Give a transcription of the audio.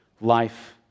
life